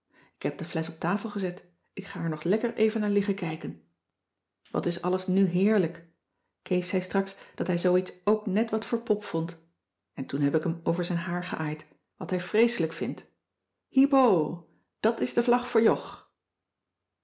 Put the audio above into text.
ik heb de flesch op tafel gezet ik ga er nog lekker even naar liggen kijken wat is alles nu heerlijk kees zei straks dat hij zoo iets ook net wat voor pop vond en toen heb ik hem over zijn haar geaaid wat hij vreeselijk vindt hiep ho dat is de vlag voor jog